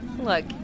Look